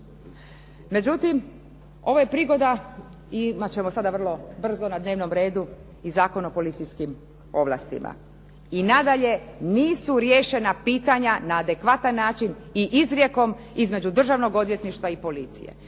Međutim, ovo je prigoda i imat ćemo sada vrlo brzo na dnevnom redu i Zakon o policijskim ovlastima. I nadalje, nisu riješena pitanja na adekvatan način i izrijekom između državnog odvjetništva i policije.